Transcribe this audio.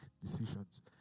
decisions